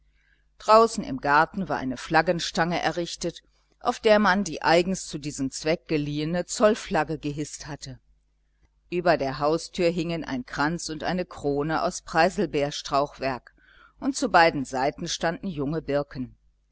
draußen im garten war eine flaggenstange errichtet auf der man die eigens zu diesem zweck geliehene zollflagge gehißt hatte über der haustür hingen ein kranz und eine krone aus preiselbeerstrauchwerk und zu beiden seiten standen junge birken